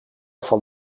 van